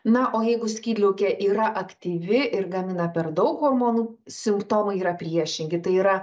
na o jeigu skydliaukė yra aktyvi ir gamina per daug hormonų simptomai yra priešingi tai yra